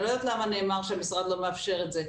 אני לא יודעת למה נאמר שהמשרד לא מאפשר את זה.